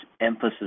emphasis